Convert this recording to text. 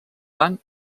banc